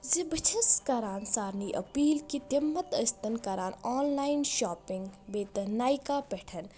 زِ بہٕ چھس کران سارِنے اپیٖل کہ تِم متہٕ أسۍ تن کران آن لایِن شاپِنگ بیٚیہِ تہِ نایکا پٮ۪ٹھ